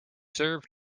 serve